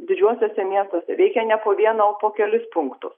didžiuosiuose miestuose veikia ne po vieną po kelis punktus